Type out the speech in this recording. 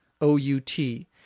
O-U-T